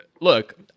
look